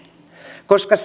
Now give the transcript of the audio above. koska